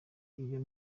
iyo